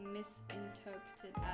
misinterpreted